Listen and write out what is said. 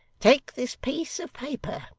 take this piece of paper.